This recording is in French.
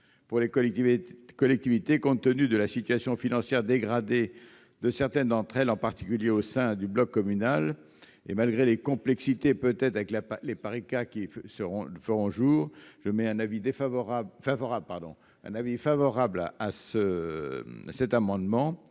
pour les collectivités, compte tenu de la situation financière dégradée de certaines d'entre elles, en particulier au sein du bloc communal. Malgré les complexités qui se feront peut-être jour, la commission émet un avis favorable sur cet amendement.